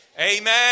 amen